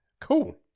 Cool